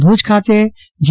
ભુજ ખાતે જી